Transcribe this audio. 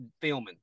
filming